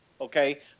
okay